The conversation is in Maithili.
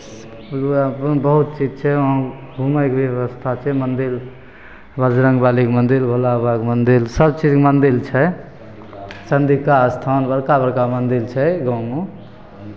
उएहमे बहुत चीज छै वहाँ घूमयके भी व्यवस्था छै मन्दिर बजरङ्ग बलीके मन्दिर भोला बाबाके मन्दिर सभ चीजके मन्दिर छै चन्द्रिका स्थान बड़का बड़का मन्दिर छै गाँवमे